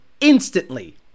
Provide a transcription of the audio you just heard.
instantly